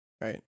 Right